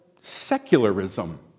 secularism